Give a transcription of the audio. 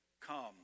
come